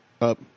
Up